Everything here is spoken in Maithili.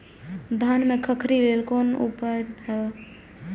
धान में खखरी लेल कोन उपाय हय?